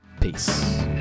Peace